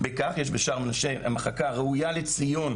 בכך - יש בשער מנשה מחלקה ראויה לציון,